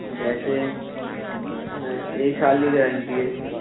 جیسے ایک سال کی گارنٹی ہے جی